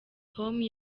com